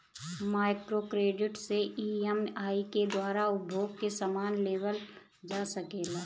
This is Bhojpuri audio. माइक्रो क्रेडिट से ई.एम.आई के द्वारा उपभोग के समान लेवल जा सकेला